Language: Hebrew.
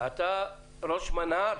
אתה ראש מנה"ר?